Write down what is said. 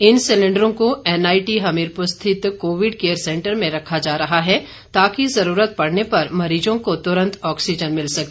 इन सिलेंडरों को एनआईटी हमीरपुर स्थित कोविड केयर सेंटर में रखा जा रहा है ताकि जरूरत पड़ने पर मरीजों को तुरंत ऑक्सीजन मिल सके